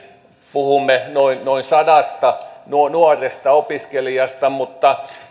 puhumme noin noin sadasta nuoresta opiskelijasta mutta